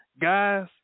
guys